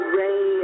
ray